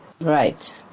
Right